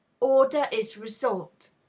order is result.